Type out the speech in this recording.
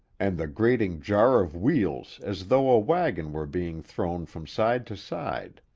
and the grating jar of wheels as though a wagon were being thrown from side to side.